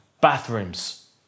bathrooms